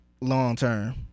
long-term